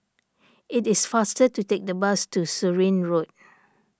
it is faster to take the bus to Surin Road